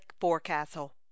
forecastle